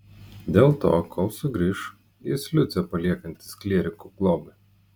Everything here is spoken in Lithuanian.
dėl to kol sugrįš jis liucę paliekantis klierikų globai